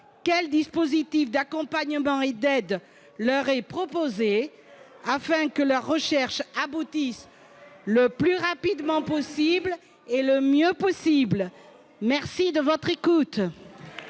Quels dispositifs d'accompagnement et d'aide leur sont proposés afin que leur recherche aboutisse le plus rapidement et le mieux possible ? Merci de votre écoute